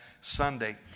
Sunday